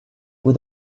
who